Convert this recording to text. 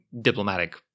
diplomatic